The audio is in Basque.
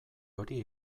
hori